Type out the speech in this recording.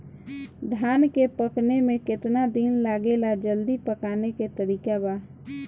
धान के पकने में केतना दिन लागेला जल्दी पकाने के तरीका बा?